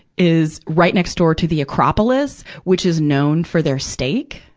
is right next door to the acropolis, which is known for their steak,